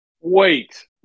wait